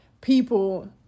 people